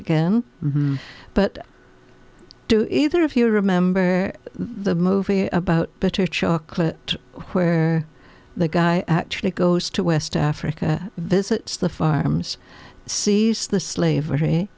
again but do either of you remember the movie about bitter chocolate where the guy actually goes to west africa visits the farms sees the slavery